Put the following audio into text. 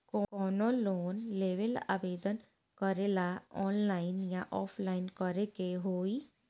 कवनो लोन लेवेंला आवेदन करेला आनलाइन या ऑफलाइन करे के होई?